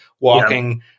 walking